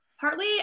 Partly